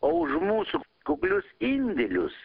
o už mūsų kuklius indėlius